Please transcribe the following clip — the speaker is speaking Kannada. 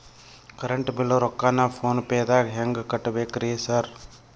ಕರೆಂಟ್ ಬಿಲ್ ರೊಕ್ಕಾನ ಫೋನ್ ಪೇದಾಗ ಹೆಂಗ್ ಕಟ್ಟಬೇಕ್ರಿ ಸರ್?